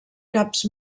caps